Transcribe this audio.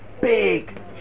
big